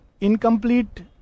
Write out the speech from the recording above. Incomplete